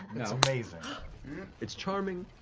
it's amazing. matt it's charming.